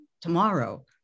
tomorrow